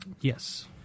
yes